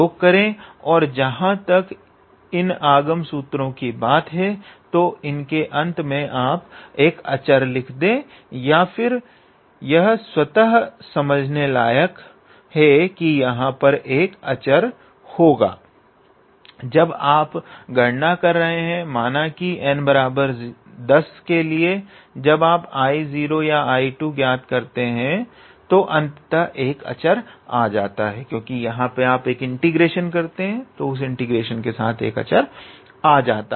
और जहां तक इन आगम सूत्रों की बात है तो इन के अंत में आप एक अचर लिख दे या फिर यह स्वतः समझने लायक है कि यहां एक अचर होगा जब आप गणना कर रहे हैं माना कि n10 के लिए जब आप 𝐼0 या 𝐼2 ज्ञात करते हैं तो अंततः एक अचर आ जाता है